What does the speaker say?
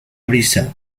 brisa